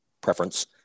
preference